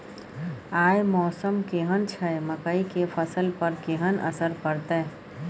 आय मौसम केहन छै मकई के फसल पर केहन असर परतै?